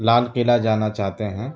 لال قلعہ جانا چاہتے ہیں